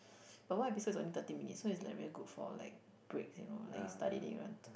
but one episode is only thirty minutes so it's very good for like breaks and all like you study then you want to